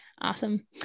Awesome